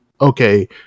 okay